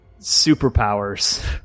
superpowers